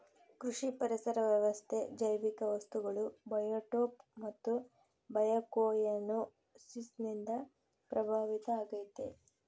ಕೃಷಿ ಪರಿಸರ ವ್ಯವಸ್ಥೆ ಜೈವಿಕ ವಸ್ತುಗಳು ಬಯೋಟೋಪ್ ಮತ್ತು ಬಯೋಕೊಯನೋಸಿಸ್ ನಿಂದ ಪ್ರಭಾವಿತ ಆಗೈತೆ